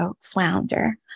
flounder